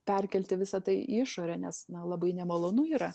perkelti visa tai į išorę nes na labai nemalonu yra